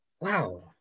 Wow